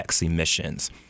emissions